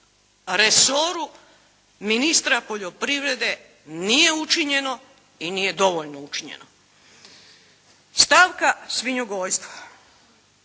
resoru ministra poljoprivrede nije učinjeno i nije dovoljno učinjeno. Stavka svinjogojstvo.